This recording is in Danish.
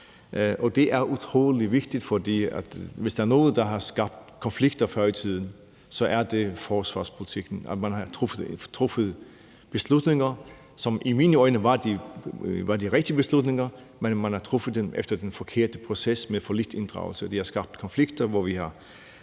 Det er utrolig vigtigt, for hvis der er noget, der har skabt konflikter før i tiden, er det forsvarspolitikken og det, at man har truffet beslutninger, som i mine øjne var de rigtige beslutninger, men man har truffet dem efter den forkerte proces med for lidt inddragelse. Det har skabt konflikter, og det har